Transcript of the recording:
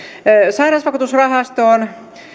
sairausvakuutusrahastoon